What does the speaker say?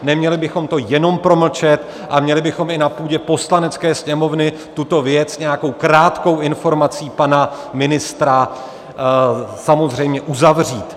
Neměli bychom to jenom promlčet, ale měli bychom i na půdě Poslanecké sněmovny tuto věc nějakou krátkou informací pana ministra samozřejmě uzavřít.